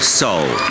soul